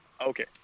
Okay